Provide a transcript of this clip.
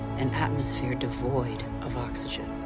an atmosphere devoid of oxygen.